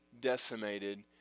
decimated